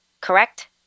correct